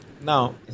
Now